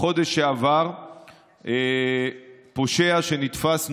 בחודש שעבר פושע שנתפס נוהג,